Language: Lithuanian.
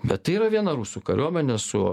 bet tai yra viena rusų kariuomenė su